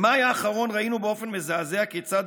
במאי האחרון ראינו באופן מזעזע כיצד